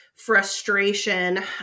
Frustration